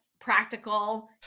practical